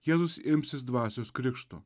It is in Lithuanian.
jėzus imsis dvasios krikšto